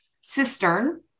cistern